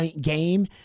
game